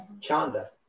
chanda